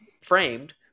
framed